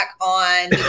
on